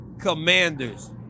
Commanders